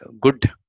good